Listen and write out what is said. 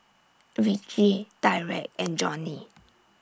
Ricci Tyreke and Johnnie